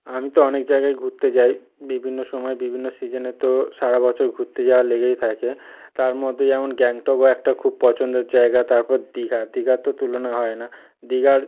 আমি তো অনেক জায়গায় ঘুরতে যাই বিভিন্ন সময়ে বিভিন্ন সিজনে তো সারা বছর ঘুরতে যাওয়া লেগেই থাকে তার মধ্যে যেমন গ্যাংটকও একটা খুব পছন্দর জায়গা তারপর দীঘা দীঘার তো তুলনা হয় না দীঘার